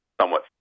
somewhat